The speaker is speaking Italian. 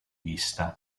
vista